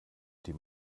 die